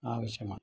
ആവശ്യമാണ്